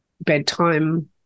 bedtime